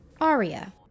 Aria